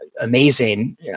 amazing